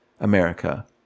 America